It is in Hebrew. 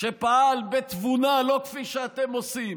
שפעל בתבונה, לא כפי שאתם עושים